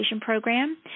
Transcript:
program